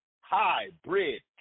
hybrid